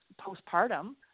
postpartum